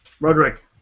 Roderick